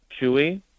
Chewy